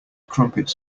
crumpets